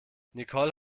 nicole